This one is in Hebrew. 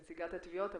נציגת התביעות.